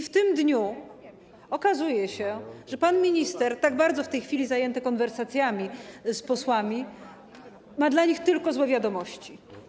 W tym dniu okazuje się, że pan minister, tak bardzo w tej chwili zajęty konwersacjami z posłami, ma dla nich tylko złe wiadomości.